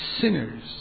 sinners